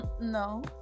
no